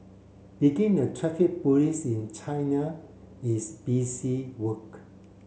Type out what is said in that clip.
begin a Traffic Police in China is busy work